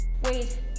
Wait